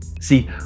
See